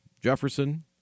Jefferson